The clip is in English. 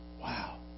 Wow